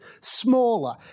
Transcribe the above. smaller